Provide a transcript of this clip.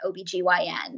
OBGYN